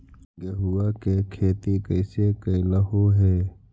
गेहूआ के खेती कैसे कैलहो हे?